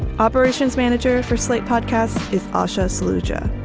operations manager for slate podcast. it's asha solutia,